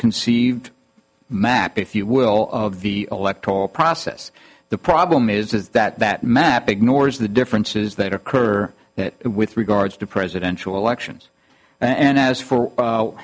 conceived map if you will of the electoral process the problem is that that map ignores the differences that occur with regards to presidential elections and as for